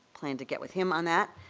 plan to get with him on that.